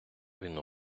він